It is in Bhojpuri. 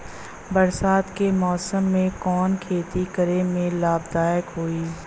बरसात के मौसम में कवन खेती करे में लाभदायक होयी?